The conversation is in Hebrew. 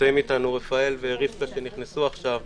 נמצאים איתנו ר' ור' שנכנסו עכשיו,